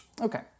Okay